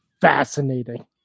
fascinating